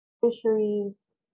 fisheries